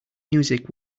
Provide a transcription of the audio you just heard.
music